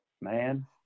man